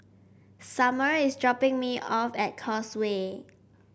Sommer is dropping me off at Causeway